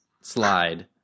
slide